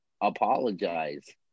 apologize